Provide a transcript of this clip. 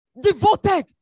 devoted